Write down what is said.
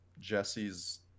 Jesse's